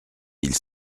mille